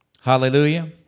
Hallelujah